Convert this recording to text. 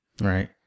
Right